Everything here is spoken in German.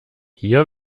hier